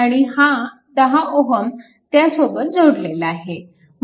आणि हा 10Ω त्यांसोबत जोडलेला आहे